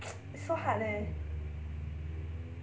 it's so hard leh